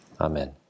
Amen